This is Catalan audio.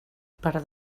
per